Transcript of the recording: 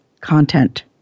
content